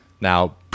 Now